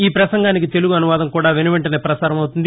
ఈ ప్రసంగానికి తెలుగు అనువాదం కూడా వెనువెంటనే ప్రసారం అవుతుంది